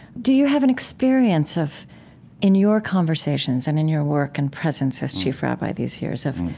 do you have an experience of in your conversations and in your work and presence as chief rabbi these years of